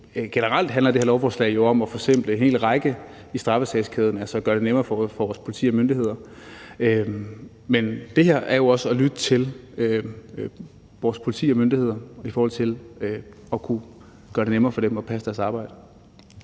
Generelt handler det her lovforslag jo om at forsimple en hel række ting i strafferetskæden, altså gøre det nemmere for vores politi og myndigheder. Men det her er jo også at lytte til vores politi og myndigheder i forhold til at kunne gøre det nemmere for dem at passe deres arbejde.